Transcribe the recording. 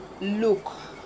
look